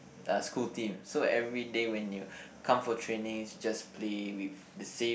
uh school team so everyday when you come for training it's just play with the same